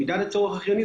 את מידת הצורך החיוני,